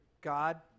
God